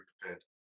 prepared